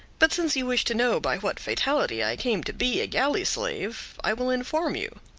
but since you wish to know by what fatality i came to be a galley-slave i will inform you.